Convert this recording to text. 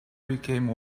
became